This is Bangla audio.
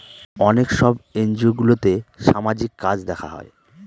অনেক সব এনজিওগুলোতে সামাজিক কাজ দেখা হয়